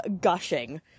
gushing